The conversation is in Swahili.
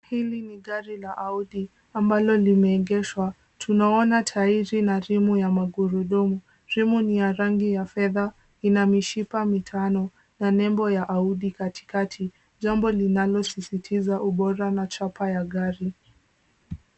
Hili ni gari la Audi ambalo limeegeshwa. Tunaona tairi na rimu ya magurudumu. Rimu ni ya rangi ya fedha, ina mishipa mitano na nembo ya Audi katikati jambo linalosisitiza ubora na chapa ya gari.